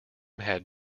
have